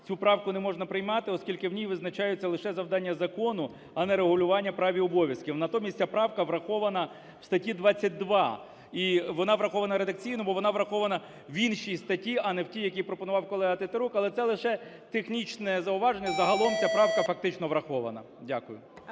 цю правку не можна приймати, оскільки в ній визначаються лише завдання закону, а не регулювання прав і обов'язків. Натомість ця правка врахована в статті 22 і вона врахована редакційно, бо вона врахована в іншій статті, а не в тій, в якій пропонував колега Тетерук. Але це лише технічне зауваження, загалом ця правка практично врахована. Дякую.